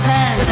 Ten